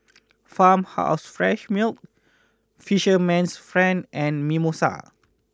Farmhouse Fresh Milk Fisherman's friend and Mimosa